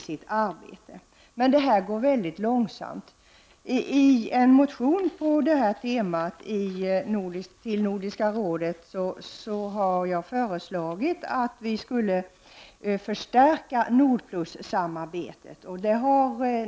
Det går emellertid långsamt. I en motion till Nordiska rådet på detta tema har jag föreslagit att vi skulle förstärka NORD-PLUS-samarbetet.